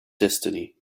destiny